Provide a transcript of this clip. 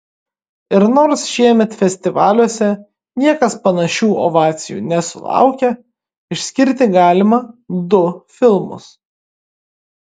ir nors šiemet festivaliuose niekas panašių ovacijų nesulaukė išskirti galima du filmus